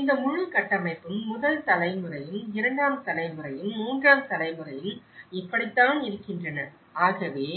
இந்த முழு கட்டமைப்பும் முதல் தலைமுறையும் இரண்டாம் தலைமுறையும் மூன்றாம் தலைமுறையும் இப்படித்தான் இருக்கின்றன ஆகவே